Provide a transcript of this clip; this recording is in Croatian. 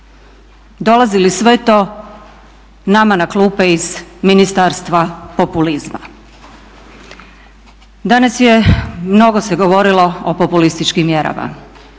Dolazi li sve to nama na klupe iz Ministarstva populizma? Danas je, mnogo se govorilo o populističkim mjerama,